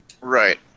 Right